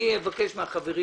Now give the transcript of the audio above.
אני אבקש מהחברים